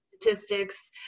statistics